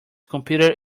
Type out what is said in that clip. competed